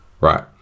Right